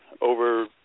over